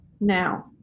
now